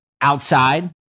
outside